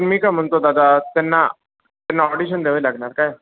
मी काय म्हणतो दादा त्यांना त्यांना ऑडिशन द्यावी लागणार काय